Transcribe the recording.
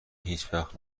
هیچوقت